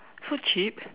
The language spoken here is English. so cheap